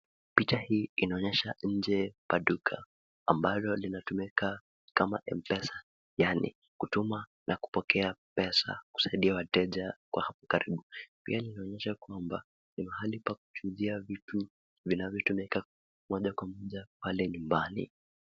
Picha hii linaonesha nje pa duka ambalo linatumika kama mpesa yani kutuma pesa na kupokea pesa kusaidia wateja wa hapo karibu pia inaonesha kwamba ni mahali pa kuchuuzia vitu vinavyo tumika moja kwa moja pale nyumbani.